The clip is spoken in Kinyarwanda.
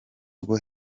rwo